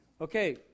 Okay